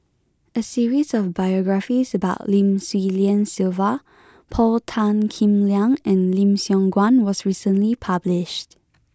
a series of biographies about Lim Swee Lian Sylvia Paul Tan Kim Liang and Lim Siong Guan was recently published